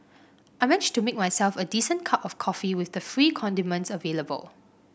I managed to make myself a decent cup of coffee with the free condiments available